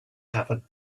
happen